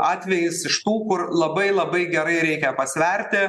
atvejis iš tų kur labai labai gerai reikia pasverti